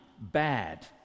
bad